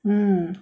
mm